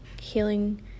healing